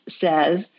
says